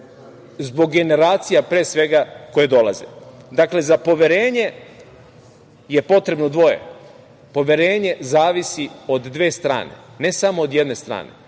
zbog generacija pre svega koje dolaze. Dakle, za poverenje je potrebno dvoje. Poverenje zavisi od dve strane, ne samo od jedne strane,